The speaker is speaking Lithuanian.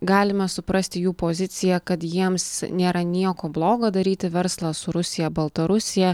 galime suprasti jų poziciją kad jiems nėra nieko blogo daryti verslą su rusija baltarusija